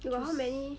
tues~